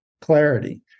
Clarity